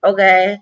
Okay